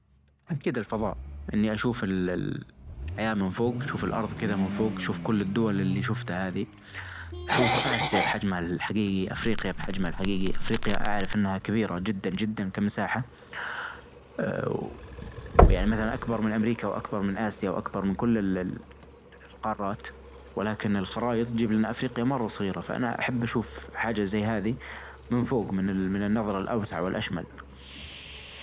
اكيد الفظاء اني اشوف الحياة من فوج اشوف الارظ كذا من فوج شوف كل الدول اللي شفتها هذي شوف اسيا بحجمها الحجيجي افريقيا بحجمها الححيحي افريقيا اعرف انها كبيرة جدا جدا كمساحة يعني مثلا اكبر من امريكا واكبر من اسيا واكبر من كل ولكن الخرائط جيبلنا افريقيا مرة صغيرة فانا احب اشوف حاجة زي هذي من فوج من النظرة الاوسع والاشمل